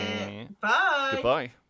Goodbye